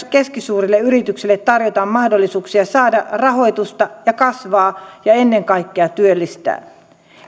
keskisuurille yrityksille tarjotaan mahdollisuuksia saada rahoitusta ja kasvaa ja ennen kaikkea työllistää